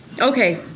Okay